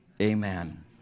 amen